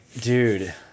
Dude